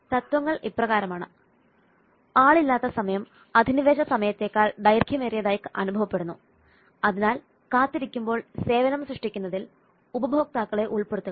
തത്വങ്ങൾ ഇപ്രകാരമാണ് ആളില്ലാത്ത സമയം അധിനിവേശ സമയത്തേക്കാൾ ദൈർഘ്യമേറിയതായി അനുഭവപ്പെടുന്നു അതിനാൽ കാത്തിരിക്കുമ്പോൾ സേവനം സൃഷ്ടിക്കുന്നതിൽ ഉപഭോക്താക്കളെ ഉൾപ്പെടുത്തുക